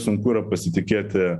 sunku pasitikėti